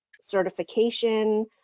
certification